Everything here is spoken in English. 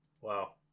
Wow